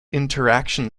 interaction